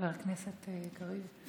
חבר הכנסת קריב,